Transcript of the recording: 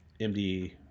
MDE